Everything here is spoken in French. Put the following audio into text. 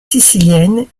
sicilienne